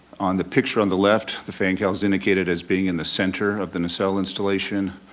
on the picture on the left, the fan cowl's indicated as being in the center of the nacelle installation.